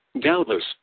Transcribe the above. doubtless